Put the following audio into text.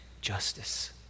justice